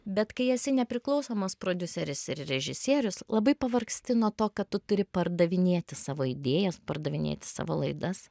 bet kai esi nepriklausomas prodiuseris ir režisierius labai pavargsti nuo to kad tu turi pardavinėti savo idėjas pardavinėti savo laidas